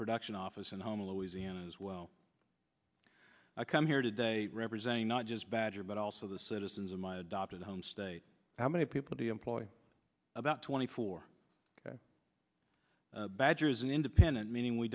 production office in houma louisiana as well i come here today representing not just badger but also the citizens of my adopted home state how many people do you employ about twenty four badgers an independent meaning we